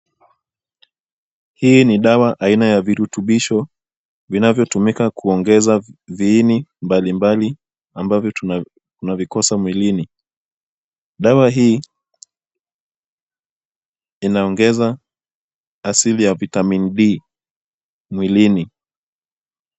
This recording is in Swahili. Hii ni dawa aina ya virutubisho vinavyotumika kuongeza viini mbalimbali ambavyo tunavikosa mwilini. Dawa hii inaongeza asili ya Vitamin B mwilini.